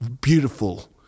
beautiful